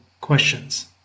questions